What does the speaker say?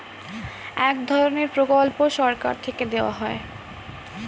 এক ধরনের প্রকল্প সরকার থেকে দেওয়া হয়